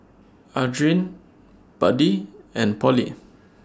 Adriene Buddie and Pollie